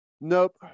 Nope